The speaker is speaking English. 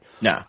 No